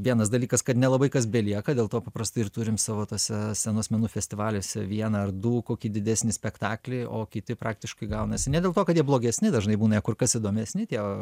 vienas dalykas kad nelabai kas belieka dėl to paprastai ir turim savo tuose scenos menų festivalis vieną ar du kokį didesnį spektaklį o kiti praktiškai gaunasi ne dėl to kad jie blogesni dažnai būna kur kas įdomesni tie